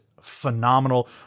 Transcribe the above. phenomenal